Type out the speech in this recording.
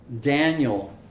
Daniel